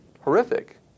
horrific